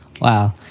Wow